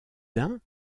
dun